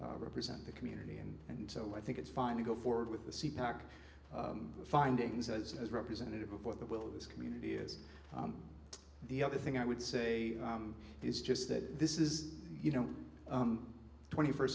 represent the community and and so i think it's fine to go forward with the sea pack findings as representative of what the will of this community is the other thing i would say is just that this is you know twenty first